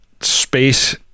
space